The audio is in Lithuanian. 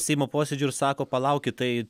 seimo posėdžių ir sako palaukit tai